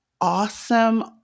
awesome